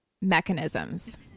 mechanisms